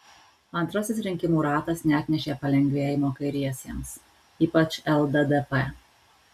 antrasis rinkimų ratas neatnešė palengvėjimo kairiesiems ypač lddp